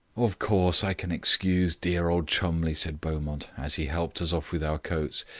of course, i can excuse dear old cholmondeliegh, said beaumont, as he helped us off with our coats.